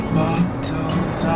bottles